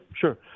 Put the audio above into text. Sure